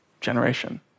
generation